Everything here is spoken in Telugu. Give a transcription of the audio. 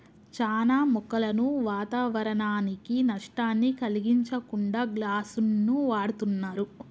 చానా మొక్కలను వాతావరనానికి నష్టాన్ని కలిగించకుండా గ్లాస్ను వాడుతున్నరు